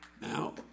Now